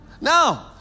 No